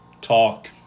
talk